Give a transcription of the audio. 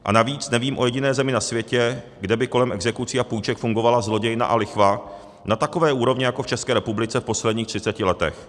A navíc nevím o jediné zemi na světě, kde by kolem exekucí a půjček fungovala zlodějna a lichva na takové úrovni jako v České republice v posledních třiceti letech.